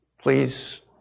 please